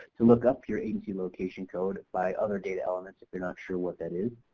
to look up your agency location code by other data elements if you're not sure what that is.